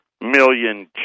million